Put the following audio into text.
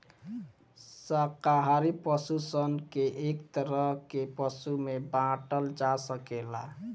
शाकाहारी पशु सन के एक तरह के पशु में बाँटल जा सकेला